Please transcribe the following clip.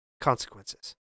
consequences